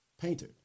painter